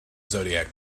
zodiac